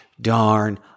darn